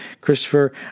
Christopher